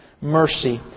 mercy